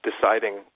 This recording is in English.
deciding